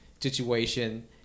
situation